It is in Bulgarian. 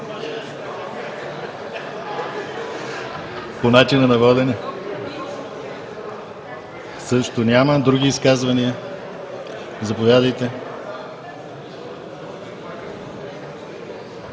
По начина на водене? Също няма. Други изказвания? Заповядайте.